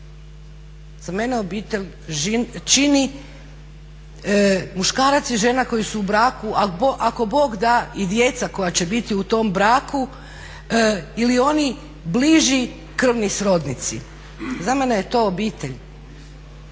Za mene obitelj čini muškarac i žena koji su u braku, ako Bog da i djeca koja će biti u tom braku ili oni bliži krvni srodnici. Za mene je to obitelj.